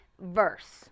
verse